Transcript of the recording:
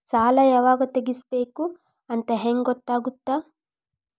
ಸಾಲ ಯಾವಾಗ ತೇರಿಸಬೇಕು ಅಂತ ಹೆಂಗ್ ಗೊತ್ತಾಗುತ್ತಾ?